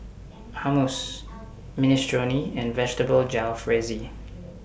Hummus Minestrone and Vegetable Jalfrezi